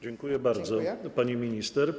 Dziękuję bardzo, pani minister.